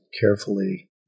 carefully